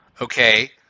Okay